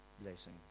blessing